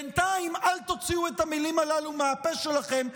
בינתיים אל תוציאו את המילים הללו מהפה שלכם,